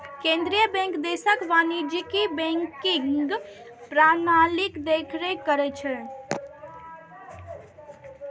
केंद्रीय बैंक देशक वाणिज्यिक बैंकिंग प्रणालीक देखरेख करै छै